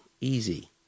Easy